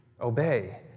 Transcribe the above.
obey